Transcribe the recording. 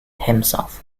himself